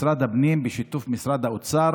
משרד הפנים בשיתוף משרד האוצר